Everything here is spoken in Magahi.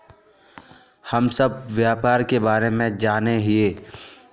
हम सब व्यापार के बारे जाने हिये?